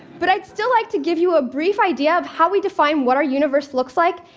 but i'd still like to give you a brief idea of how we define what our universe looks like,